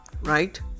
right